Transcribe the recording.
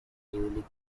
newly